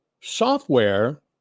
software